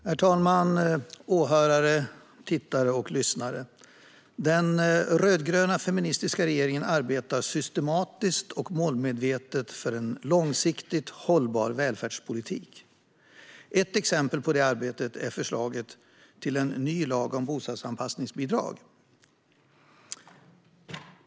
Herr talman, åhörare, tittare och lyssnare! Den rödgröna feministiska regeringen arbetar systematiskt och målmedvetet för en långsiktigt hållbar välfärdspolitik. Ett exempel på detta arbete är förslaget till en ny lag om bostadsanpassningsbidrag.